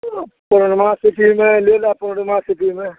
panorama सिटीमे लए लऽ पनोरमा सिटीमे